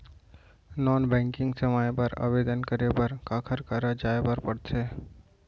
non banking सेवाएं बर आवेदन करे बर काखर करा जाए बर परथे